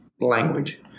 language